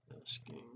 asking